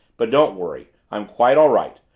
but don't worry. i'm quite all right.